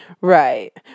Right